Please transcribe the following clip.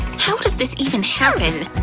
how does this even happen!